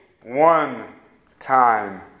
one-time